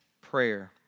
prayer